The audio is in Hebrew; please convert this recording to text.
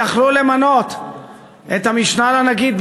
יכלו למנות את המשנה לנגיד,